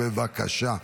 בבקשה.